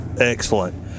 excellent